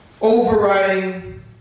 Overriding